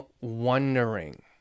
wondering